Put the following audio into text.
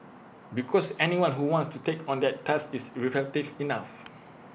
because anyone who wants to take on that task is reflective enough